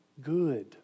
Good